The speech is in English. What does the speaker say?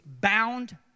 bound